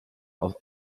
aus